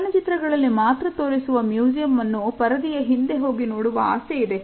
ಚಲನಚಿತ್ರಗಳಲ್ಲಿ ಮಾತ್ರ ತೋರಿಸುವ ಮ್ಯೂಸಿಯಂ ಮನ್ನು ಪರದೆಯ ಹಿಂದೆ ಹೋಗಿ ನೋಡುವ ಆಸೆ ಇದೆ